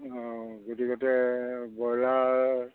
অ' গতিকতে ব্ৰইলাৰ